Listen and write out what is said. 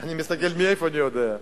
אני מסתכל, מאיפה אני יודע?